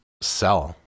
sell